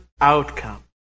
outcome